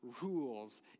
rules